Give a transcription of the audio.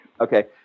Okay